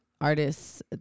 artists